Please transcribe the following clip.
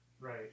right